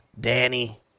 Danny